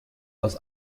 aus